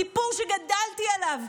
סיפור שגדלתי עליו.